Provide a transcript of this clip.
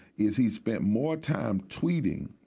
is he's spent more time tweeting